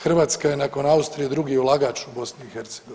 Hrvatska je nakon Austrije drugi ulagač u BiH.